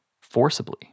forcibly